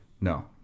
no